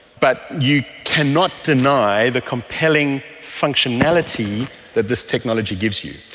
but you cannot deny the compelling functionality that this technology gives you.